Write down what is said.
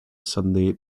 sunday